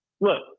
look